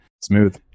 smooth